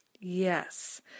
Yes